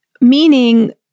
Meaning